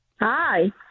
Hi